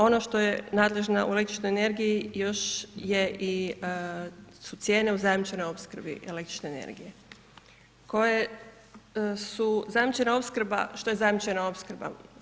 Ono što je nadležna u električnoj energiji još je i, su cijene u zajamčenoj opskrbi električne energije koje su, zajamčena opskrba, što je zajamčena opskrba?